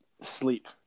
sleep